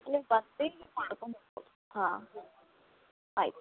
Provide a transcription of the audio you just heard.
ಹಾಂ ಆಯ್ತು